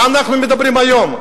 מה אנחנו מדברים היום?